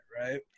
right